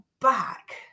back